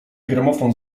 gramofon